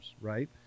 right